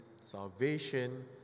salvation